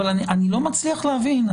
אבל אני לא מצליח להבין,